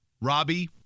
robbie